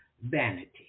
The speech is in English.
vanity